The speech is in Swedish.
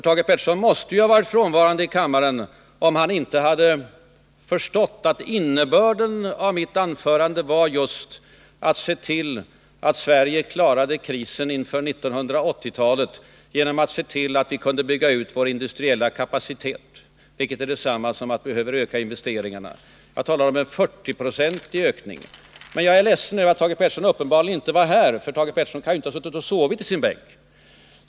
Thage Peterson måste ha varit frånvarande från kammaren om han inte har förstått att innebörden av detta mitt anförande var just att vi måste se till att Sverige klarar krisen inför 1980-talet genom att vi kan bygga ut vår industriella kapacitet, vilket är detsamma som att vi behöver öka investeringarna. Jag talade om en 40-procentig ökning. Jag är ledsen över att Thage Peterson inte var här — för Thage Peterson kan ju inte ha suttit och sovit i sin bänk.